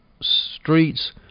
streets